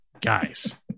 guys